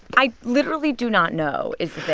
i literally do not know, is the